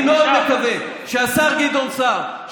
אני מאוד מקווה שהשר גדעון סער,